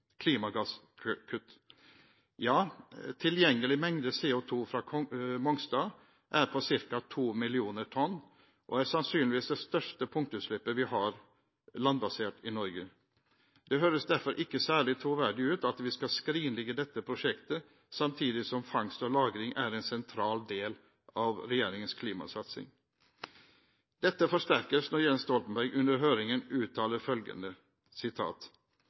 Ja, tilgjengelig mengde CO2 fra Mongstad er på ca. 2 millioner tonn og er sannsynligvis det største punktutslippet vi har landbasert i Norge. Det høres derfor ikke særlig troverdig ut at vi skal skrinlegge dette prosjektet, samtidig som fangst og lagring er en sentral del av regjeringens klimasatsing. Dette forsterkes når Jens Stoltenberg under høringen uttaler følgende: